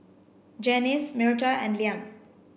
Janyce Myrta and Liam